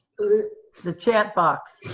the chat box.